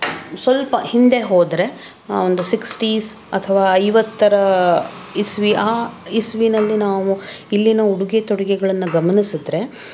ಸ್ವಲ್ಪ ಹಿಂದೆ ಹೋದರೆ ಒಂದು ಸಿಕ್ಸ್ಟೀಸ್ ಅಥವಾ ಐವತ್ತರ ಇಸವಿ ಆ ಇಸವಿನಲ್ಲಿ ನಾವು ಇಲ್ಲಿನ ಉಡುಗೆ ತೊಡುಗೆಗಳನ್ನು ಗಮನಿಸಿದರೆ